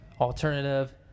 alternative